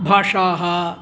भाषाः